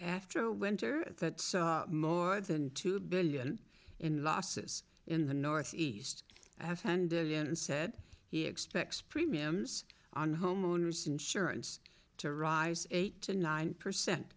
after winter that more than two billion in losses in the north east have handed in said he expects premiums on homeowners insurance to rise eight to nine percent